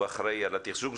הוא אחראי על התחזוק.